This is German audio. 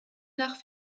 nach